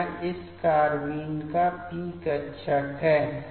तो यह इस कार्बाइन का p कक्षक है